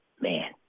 man